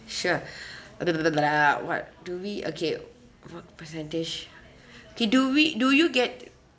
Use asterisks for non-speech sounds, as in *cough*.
sure *breath* *noise* what do we okay (uh huh) percentage kay do we do you get